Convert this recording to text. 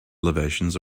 elevations